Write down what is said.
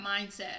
mindset